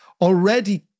Already